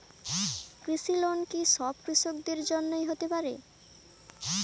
কৃষি লোন কি সব কৃষকদের জন্য হতে পারে?